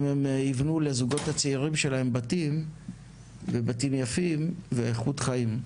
אם הם יבנו לזוגות הצעירים שלהם בתים ובתים יפים ואיכות חיים.